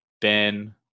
Ben